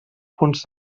punts